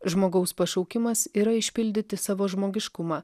žmogaus pašaukimas yra išpildyti savo žmogiškumą